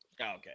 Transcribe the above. Okay